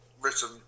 written